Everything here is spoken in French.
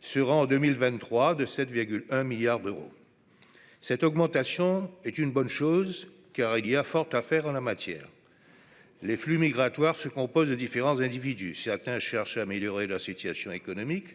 sera en 2023 de 7 1 milliards d'euros, cette augmentation est une bonne chose car il y a fort à faire en la matière, les flux migratoires se compose de différents individus atteint cherche à améliorer la situation économique